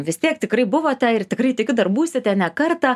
vis tiek tikrai buvote ir tikrai tikiu dar būsite ne kartą